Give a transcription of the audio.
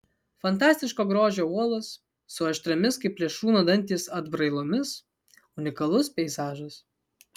fantastiško grožio uolos su aštriomis kaip plėšrūno dantys atbrailomis unikalus peizažas